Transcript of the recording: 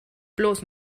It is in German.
bloß